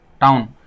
town